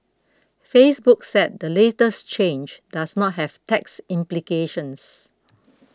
Facebook said the latest change does not have tax implications